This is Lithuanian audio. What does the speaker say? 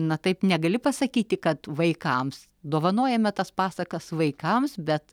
na taip negali pasakyti kad vaikams dovanojame tas pasakas vaikams bet